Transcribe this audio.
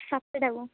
ସାତଟାକୁ